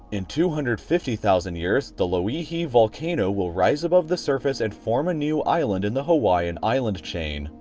in two hundred and fifty thousand years, the lo-ihi volcano will rise above the surface and form a new island in the hawaiian island chain.